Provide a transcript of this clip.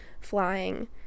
flying